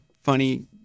funny